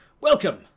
Welcome